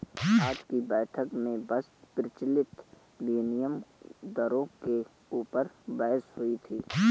आज की बैठक में बस प्रचलित विनिमय दरों के ऊपर बहस हुई थी